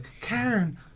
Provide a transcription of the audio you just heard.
Karen